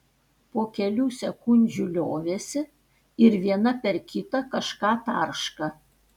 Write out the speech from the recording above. po kelių sekundžių liovėsi ir viena per kitą kažką tarška